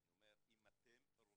אז אני אומר, אם אתם רוצים